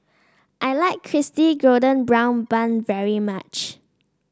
I like golden brown bun very much